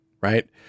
right